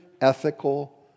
ethical